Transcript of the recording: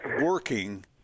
working